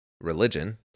religion